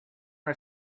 her